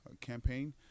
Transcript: campaign